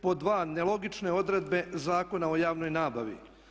Pod dva nelogične odredbe Zakona o javnoj nabavi.